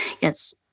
Yes